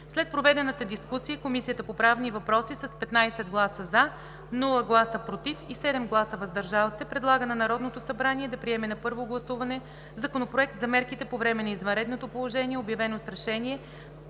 След проведената дискусия Комисията по правни въпроси с 15 гласа „за“, без „против“ и 7 гласа „въздържал се“ предлага на Народното събрание да приеме на първо гласуване Законопроект за мерките по време на извънредното положение, обявено с решение